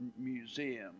museum